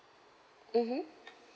mmhmm